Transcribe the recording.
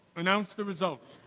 announce the results.